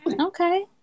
Okay